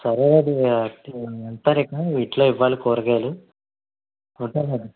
సరేనండి నేను వెళ్తాను ఇంక ఇంట్లో ఇవ్వాలి కూరగాయలు ఉంటానండి